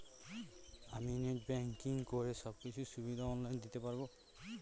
আমি net banking করে সব কিছু সুবিধা অন লাইন দিতে পারবো?